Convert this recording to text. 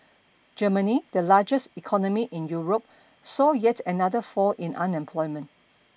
Germany the largest economy in Europe saw yet another fall in unemployment